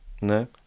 No